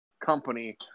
company